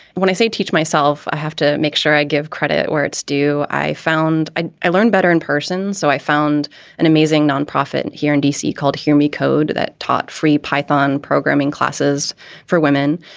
when i say teach myself, i have to make sure i give credit where it's due. i found i i learn better in person. so i found an amazing nonprofit here in d c. called here me code that taught free python programming classes for women.